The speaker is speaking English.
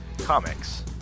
Comics